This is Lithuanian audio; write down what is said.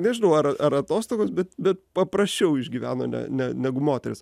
nežinau ar ar atostogos bet bet paprasčiau išgyveno ne ne negu moterys